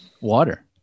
Water